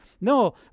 No